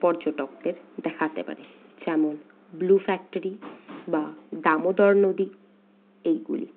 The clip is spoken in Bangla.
পর্যটকদের দেখাতে পারে যেমন ব্লু ফ্যাক্টারি বা দামোদর নদী এইগুলি